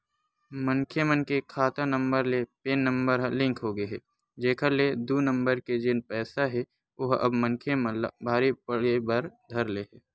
मनखे मन के खाता नंबर ले पेन नंबर ह लिंक होगे हे जेखर ले दू नंबर के जेन पइसा हे ओहा अब मनखे मन ला भारी पड़े बर धर ले हे